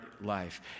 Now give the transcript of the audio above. life